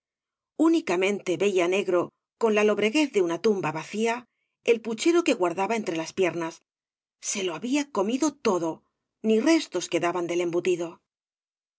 únicamente veía negro con la lobreguez de una tumba vacía el puchero que guardaba entre las piernas se lo habla comido iodo ni restos quedaban del embutido